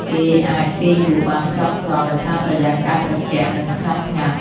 គេអាចគេងលក់បានស្កប់ស្កល់ដោយសារបរិយាកាសត្រជាក់ និងស្ងប់ស្ងាត់។